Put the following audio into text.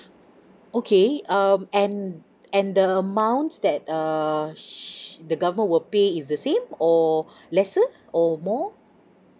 okay um and and the amount that err sh~ the government will pay is the same or lesser or more